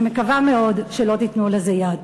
אני מקווה מאוד שלא תיתנו לזה יד.